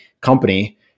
company